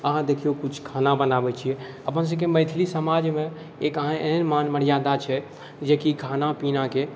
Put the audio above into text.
अहाँ देखिऔ किछु खाना बनाबै छिए अपन सबके मैथिली समाजमे एक अहाँ एहन मान मर्यादा छै जेकि खाना पीनाके